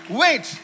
wait